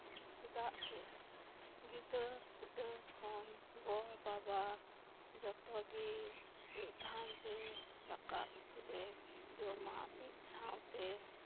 ᱪᱮᱫᱟᱜ ᱥᱮ ᱜᱤᱫᱟᱹᱨᱼᱯᱤᱫᱟᱹᱨ ᱠᱷᱚᱱ ᱜᱚᱼᱵᱟᱵᱟ ᱡᱷᱚᱛᱚ ᱜᱮ ᱢᱤᱫ ᱫᱷᱟᱣ ᱛᱮ ᱫᱟᱠᱟ ᱩᱛᱩᱞᱮ ᱡᱚᱢᱟ ᱢᱤᱫ ᱥᱟᱶᱛᱮ